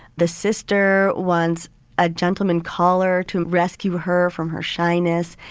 the sister once a gentleman caller to rescue her from her shyness.